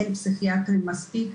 אין פסיכיאטרים מספיק,